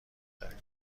داریم